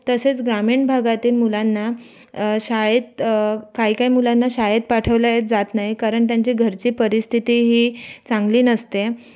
तसेच ग्रामीण भागातील मुलांना शाळेत काही काही मुलांना शाळेत पाठवलं जात नाही कारण त्यांची घरची परिस्थिती ही चांगली नसते